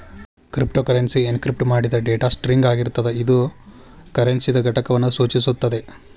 cryptocurrency encrypt ಮಾಡಿದ್ data string ಆಗಿರ್ತದ ಇದು ಕರೆನ್ಸಿದ್ ಘಟಕವನ್ನು ಸೂಚಿಸುತ್ತದೆ